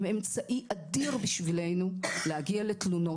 הם אמצעי אדיר בשבילנו להגיע לתלונות,